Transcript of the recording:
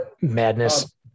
madness